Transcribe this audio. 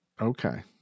Okay